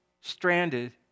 stranded